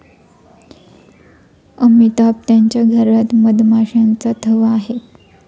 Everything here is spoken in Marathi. अमिताभ यांच्या घरात मधमाशांचा थवा आहे